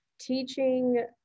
teaching